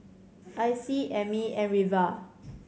Icy Emmy and Reva